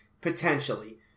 Potentially